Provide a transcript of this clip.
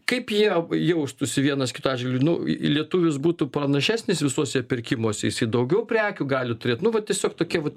kaip jie jaustųsi vienas kito atžvilgiu lietuvis būtų pranašesnis visuose pirkimuose jisai daugiau prekių gali turėt nu va tiesiog tokie vat